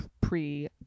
pre –